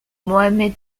mohammed